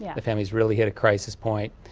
yeah the families really hit a crisis point.